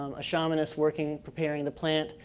um a shamanist working, preparing the plant.